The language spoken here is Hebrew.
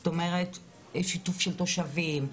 זאת אומרת שיתוף של תושבים,